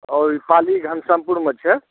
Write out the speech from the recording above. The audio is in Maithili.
आउ ई पाली घनश्यामपुरमे छै